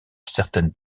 certaine